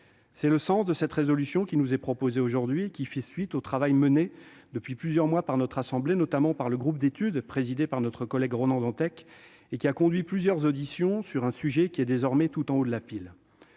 C'est le sens de la résolution qui nous est proposée et qui fait suite au travail mené depuis plusieurs mois par notre assemblée, notamment par le groupe d'études présidé par notre collègue Ronan Dantec, qui a procédé à plusieurs auditions sur un sujet désormais placé tout en haut de la pile